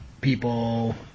People